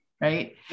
right